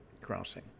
crossing